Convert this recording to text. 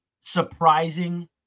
surprising